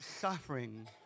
suffering